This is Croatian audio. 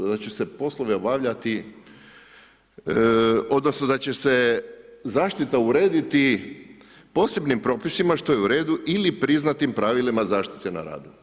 Da će se poslove obavljati odnosno, da će se zaštita urediti posebnim propisima što je u redu ili priznatim pravilima zaštite na radu.